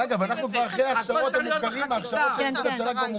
אגב, ההכשרות של איחוד הצלה הן כבר מוכרות.